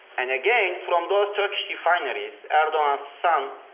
and again from those turkish refineries erdogan son,